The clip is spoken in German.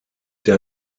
der